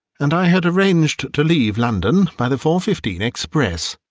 and i had arranged to leave london by the four fifteen express.